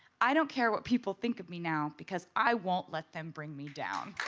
i don't care what people think of me now because i won't let them bring me down.